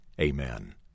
amen